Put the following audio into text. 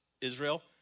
Israel